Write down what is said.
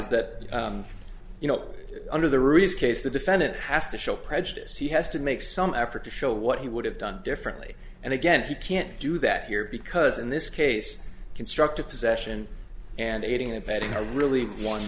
is that you know under the risk case the defendant has to show prejudice he has to make some effort to show what he would have done differently and again he can't do that here because in this case constructive possession and aiding and abetting a really